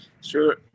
Sure